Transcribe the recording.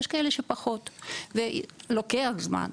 יש כאלה שפחות ולוקח זמן.